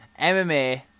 MMA